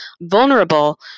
vulnerable